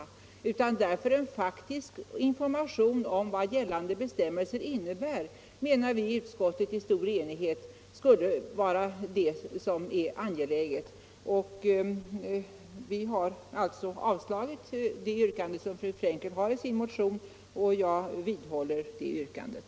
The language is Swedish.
Därför skulle en faktisk information om vad gällande bestämmelser innehåller vara angelägen, anser vi enhälligt i utskottet. Vi har avstyrkt det yrkande som fru Frenkel har i sin motion. Jag vidhåller det yrkandet.